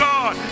God